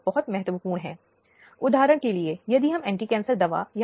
और सबसे महत्वपूर्ण बात उसे मुआवजे का अधिकार है